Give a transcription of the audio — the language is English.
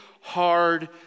hard